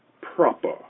proper